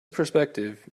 perspective